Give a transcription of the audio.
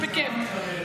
בכיף,